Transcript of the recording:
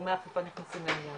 גורמי האכיפה נכנסים לעניין,